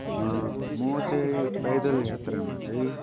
म चाहिँ पैदल यात्रामा चाहिँ